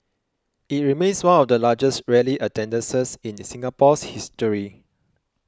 it remains one of the largest rally attendances in Singapore's history